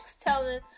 telling